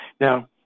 Now